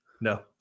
No